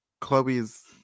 Chloe's